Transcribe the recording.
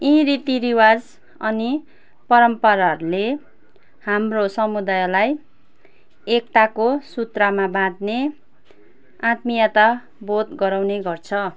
यी रीतिरिवाज अनि परम्पराहरूले हाम्रो समुदायलाई एकताको सूत्रमा बाँध्ने आत्मियताबोध गराउने गर्छ